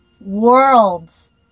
worlds